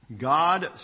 God